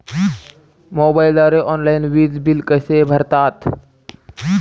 मोबाईलद्वारे ऑनलाईन वीज बिल कसे भरतात?